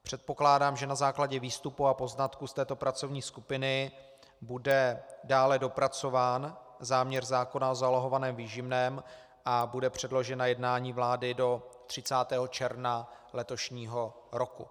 Předpokládám, že na základě výstupů a poznatků z této pracovní skupiny bude dále dopracován záměr zákona o zálohovaném výživném a bude předložen na jednání vlády do 30. června letošního roku.